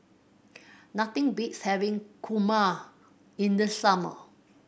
nothing beats having kurma in the summer